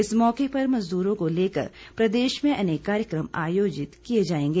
इस मौके पर मजदूरो को लेकर प्रदेश में अनेक कार्यक्रम आयोजित किये जाएंगे